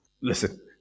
Listen